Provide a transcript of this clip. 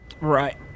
right